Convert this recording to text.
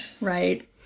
right